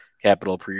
capital